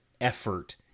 effort